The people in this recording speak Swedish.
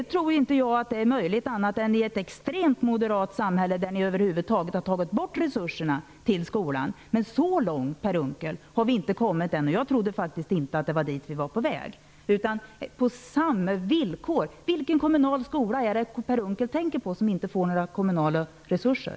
Jag tror inte att det är möjligt annat än i ett extremt moderat samhälle, där ni har tagit bort alla resurser för skolan. Så långt har vi emellertid inte kommit än. Jag trodde faktiskt inte att det var dit vi var på väg. Vilken kommunal skola är det Per Unckel tänker på som inte får några kommunala resurser?